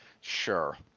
Sure